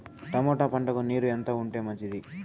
Tomato పంటకు నీరు ఎంత ఉంటే మంచిది?